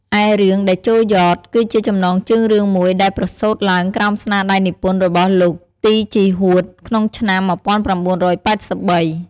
ឯរឿង “តេជោយ៉ត” គឺជាចំណងជើងរឿងមួយ ដែលប្រសូតឡើងក្រោមស្នាដៃនិពន្ធរបស់ លោក ទី ជីហួត ក្នុងឆ្នាំ ១៩៨៣។